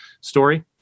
story